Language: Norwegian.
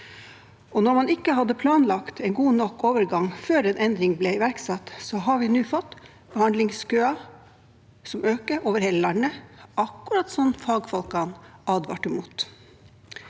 Når man ikke hadde planlagt en god nok overgang før en endring ble iverksatt, har vi nå fått behandlingskøer som øker over hele landet, akkurat som fagfolkene advarte mot.